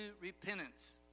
repentance